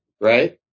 right